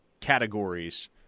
categories